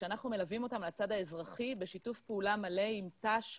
כשאנחנו מלווים אותם על הצד האזרחי בשיתוף פעולה מלא עם תנאי שירות,